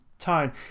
tone